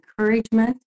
encouragement